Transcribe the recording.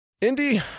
Indy